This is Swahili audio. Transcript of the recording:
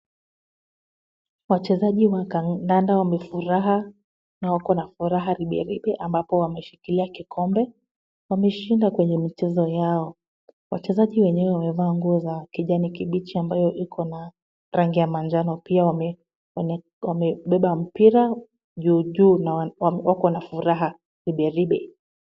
Wachezaji wa kadanda wanafuraha na wakona furaha riberibe ambapo wameshikilia kikombe. Wameshinda kwenye michezo yao. Wachezaji wenyewe wamevaa nguo ya kijani kimbichi ambayo ikona rangi ya manjano pia wamebeba mpira juujuu na wakona furaha riberibe.